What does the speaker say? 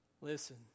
Listen